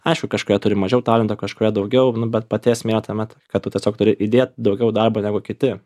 aišku kažkurie turi mažiau talento kažurie daugiau nu bet pati esmė tame kad tu tiesiog turi įdėt daugiau darbo negu kiti